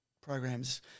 programs